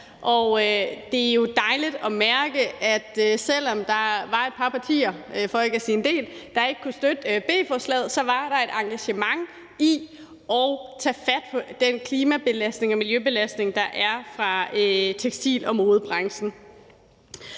det er dejligt at mærke, at selv om der var et par partier, for ikke at sige en del, der ikke kunne støtte B-forslaget, var der et engagement i forhold til at tage fat på den klimabelastning og miljøbelastning, der er fra tekstil- og modebranchen.